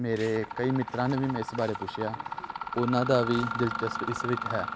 ਮੇਰੇ ਕਈ ਮਿੱਤਰਾਂ ਨੇ ਵੀ ਮੈ ਇਸ ਬਾਰੇ ਪੁੱਛਿਆ ਉਹਨਾਂ ਦੀ ਵੀ ਦਿਲਚਸਪੀ ਇਸ ਵਿੱਚ ਹੈ